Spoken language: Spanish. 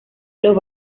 los